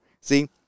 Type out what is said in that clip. See